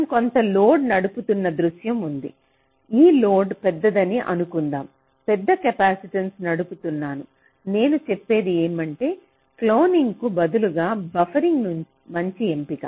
మనం కొంత లోడ్ నడుపుతున్న దృశ్యం ఉంది ఈ లోడ్ పెద్దదని అనుకుందాం పెద్ద కెపాసిటెన్స్ నడుపుతున్నాను నేను చెప్పేది ఏమిటంటే క్లోనింగ్కు బదులుగా బఫరింగ్ మంచి ఎంపిక